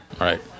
right